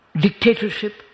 dictatorship